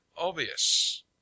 obvious